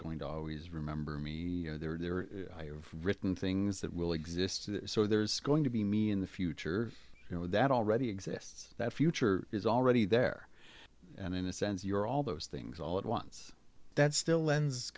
going to always remember me there i have written things that will exist so there's going to be me in the future you know that already exists that future is already there and in a sense you're all those things all at once that still lends